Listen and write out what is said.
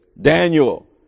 Daniel